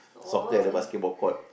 soccer at the basketball court